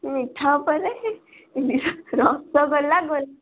ମିଠା ଉପରେ ରସଗୋଲା ଗୋଲା